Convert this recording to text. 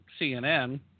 CNN